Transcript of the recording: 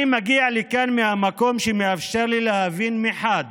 אני מגיע לכאן ממקום שמאפשר לי להבין מחד